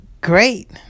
great